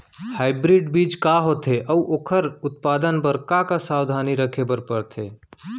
Hybrid बीज का होथे अऊ ओखर उत्पादन बर का का सावधानी रखे बर परथे?